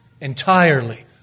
entirely